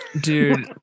Dude